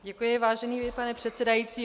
Děkuji, vážený pane předsedající.